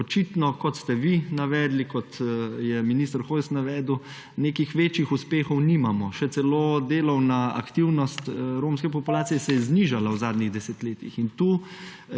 Očitno, kot ste vi navedli, kot je minister Hojs navedel, nekih večjih uspehov nimamo. Še celo delovna aktivnost romske populacijese je znižala v zadnjih desetletjih. In v